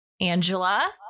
Angela